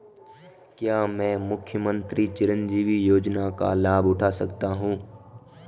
क्या मैं मुख्यमंत्री चिरंजीवी योजना का लाभ उठा सकता हूं?